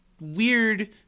weird